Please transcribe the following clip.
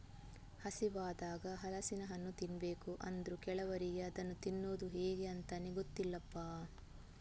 ಹಸಿವಾದಾಗ ಹಲಸಿನ ಹಣ್ಣು ತಿನ್ಬೇಕು ಅಂದ್ರೂ ಕೆಲವರಿಗೆ ಇದನ್ನ ತಿನ್ನುದು ಹೇಗೆ ಅಂತಾನೇ ಗೊತ್ತಿಲ್ಲಪ್ಪ